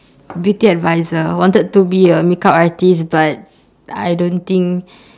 beauty advisor wanted to be a makeup artist but I don't think